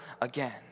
again